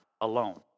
alone